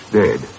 dead